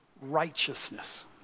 righteousness